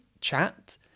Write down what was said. chat